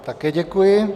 Také děkuji.